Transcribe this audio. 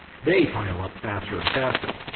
they pile up faster and faster.